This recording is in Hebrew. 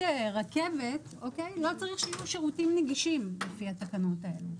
רכבת לא צריך שיהיו שירותים נגישים לפי התקנות הללו.